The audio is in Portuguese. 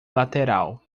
lateral